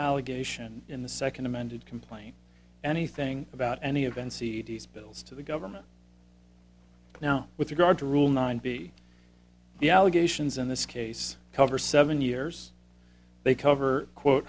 allegation in the second amended complaint anything about any event c d s bills to the government now with regard to rule nine b the allegations in this case cover seven years they cover quote